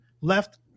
left